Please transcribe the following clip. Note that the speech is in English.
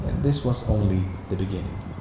and this was only the beginning.